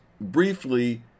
Briefly